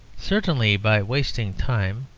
certainly by wasting time,